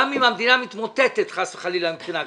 גם אם המדינה מתמוטטת, חס וחלילה מבחינה כלכלית.